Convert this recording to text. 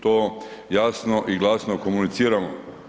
To jasno i glasno komuniciramo.